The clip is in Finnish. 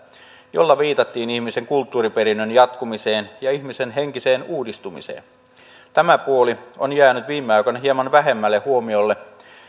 jolla viitattiin ihmisen kulttuuriperinnön jatkumiseen ja ihmisen henkiseen uudistumiseen tämä puoli on jäänyt viime aikoina hieman vähemmälle huomiolle